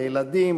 הילדים,